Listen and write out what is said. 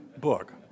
book